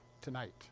tonight